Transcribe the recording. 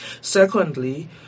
Secondly